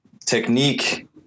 technique